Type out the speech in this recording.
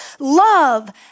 Love